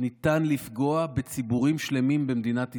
ניתן לפגוע בציבורים שלמים במדינת ישראל,